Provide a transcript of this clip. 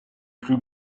plus